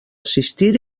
assistir